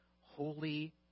holy